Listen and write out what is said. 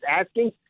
asking